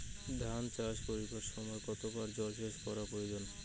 ধান চাষ করিবার সময় কতবার জলসেচ করা প্রয়োজন?